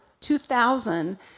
2000